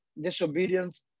disobedience